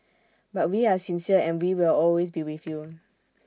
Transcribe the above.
but we are sincere and we will always be with you